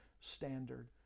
standard